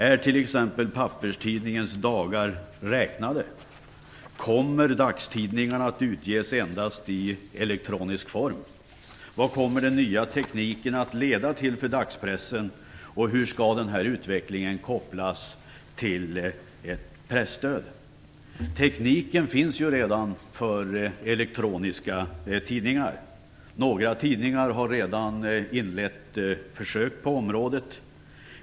Är t.ex. papperstidningens dagar räknade? Kommer dagstidningarna att utges endast i elektronisk form? Vad kommer den nya tekniken att leda till för dagspressen, och hur skall den här utvecklingen kopplas till ett presstöd? Tekniken för elektroniska tidningar finns ju redan. Några tidningar har redan inlett försök på området.